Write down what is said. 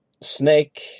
Snake